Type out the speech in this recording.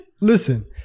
Listen